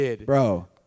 Bro